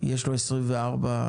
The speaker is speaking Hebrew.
יש לו 24 חודשים,